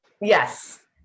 Yes